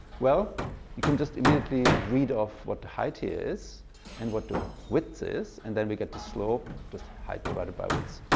well you can just immediately read off what height here is and what the width is and then we get the slope, just height divided by width,